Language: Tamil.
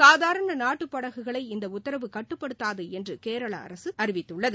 சாதாரண நாட்டுப்படகுகளை இந்த உத்தரவு கட்டுப்படுத்தாது என்று கேரளா அரசு அறிவித்துள்ளது